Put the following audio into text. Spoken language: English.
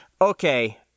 Okay